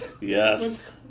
Yes